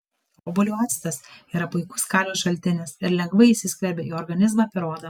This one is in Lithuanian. obuolių actas yra puikus kalio šaltinis ir lengvai įsiskverbia į organizmą per odą